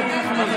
בבקשה.